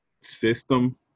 system